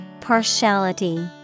Partiality